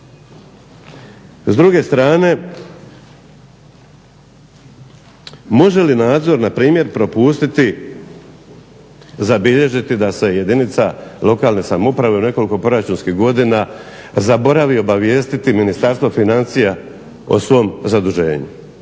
S druge strane može li nadzor na primjer propustiti zabilježiti da se jedinica lokalne samouprave u nekoliko proračunskih godina zaboravi obavijestiti ministarstvo financija o svom zaduženju,